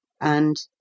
and